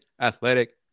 Athletic